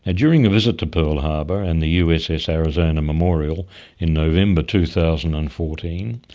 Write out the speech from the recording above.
and during a visit to pearl harbor and the uss arizona memorial in november two thousand and fourteen,